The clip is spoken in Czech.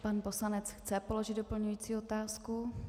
Pan poslanec chce položit doplňující otázku.